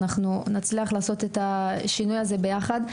נצליח לעשות את השינוי הזה יחד.